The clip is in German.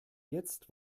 jetzt